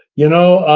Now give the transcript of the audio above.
you know,